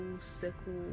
circle